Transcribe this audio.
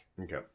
Okay